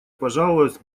пожаловалась